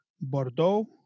Bordeaux